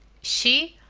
she,